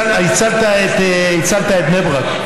אבל הצלת את בני ברק.